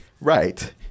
Right